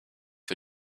wir